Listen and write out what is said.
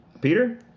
Peter